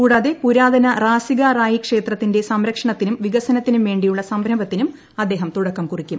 കൂടാതെ പുരാതന റാസിഗ റായി ക്ഷേത്രത്തിന്റെ സംരക്ഷണത്തിനും വികസനത്തിനും വേണ്ടിയുള്ള സംരംഭത്തിനും അദ്ദേഹം തുടക്കം കുറിക്കും